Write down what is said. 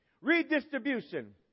redistribution